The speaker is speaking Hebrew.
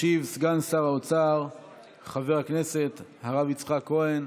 ישיב סגן שר האוצר חבר הכנסת הרב יצחק כהן,